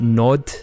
nod